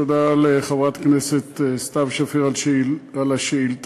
תודה לחברת הכנסת סתיו שפיר על השאילתה.